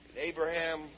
Abraham